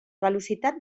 velocitat